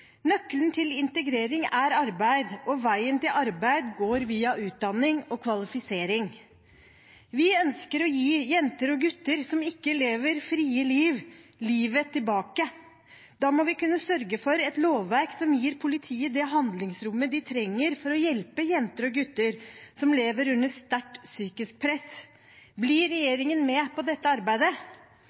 Nøkkelen til integrering er arbeid, og veien til arbeid går via utdanning og kvalifisering. Vi ønsker å gi jenter og gutter som ikke lever frie liv, livet tilbake. Da må vi kunne sørge for et lovverk som gir politiet det handlingsrommet de trenger for å hjelpe jenter og gutter som lever under sterkt psykisk press. Blir regjeringen med på dette arbeidet?